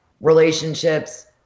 relationships